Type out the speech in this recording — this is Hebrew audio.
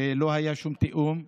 ולא היה שום תיאום.